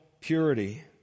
purity